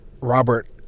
Robert